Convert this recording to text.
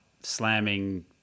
slamming